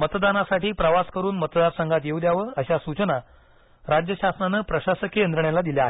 मतदानासाठी प्रवास करून मतदारसंघात येऊ द्यावे अशा सूचना राज्य शासनानं प्रशासकीय यंत्रणेला दिल्या आहेत